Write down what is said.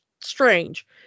strange